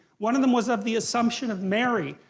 one of them was of the assumption of mary,